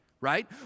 Right